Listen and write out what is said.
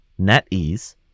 NetEase